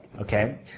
Okay